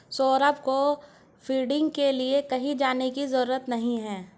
सौरभ को फंडिंग के लिए कहीं जाने की जरूरत नहीं है